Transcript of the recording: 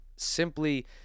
simply